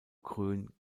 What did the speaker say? grün